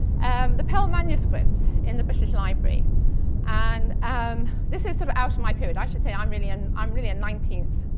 um the pale manuscripts in the british library and um this is out of my period. i should say i'm really, and i'm really a nineteenth,